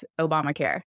Obamacare